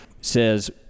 says